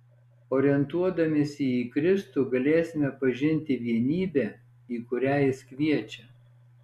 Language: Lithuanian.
orientuodamiesi į kristų galėsime pažinti vienybę į kurią jis kviečia